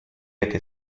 этой